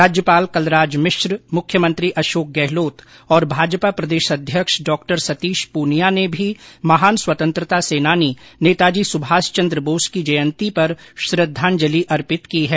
राज्यपाल कलराज मिश्र मुख्यमंत्री अशोक गहलोत और भाजपा प्रदेश अध्यक्ष डॉ सतीश प्रनिया ने भी महान स्वतंत्रता सेनानी नेताजी सुभाष चन्द्र बोस की जयन्ती पर श्रद्धांजलि अर्पित की है